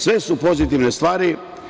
Sve su pozitivne stvari.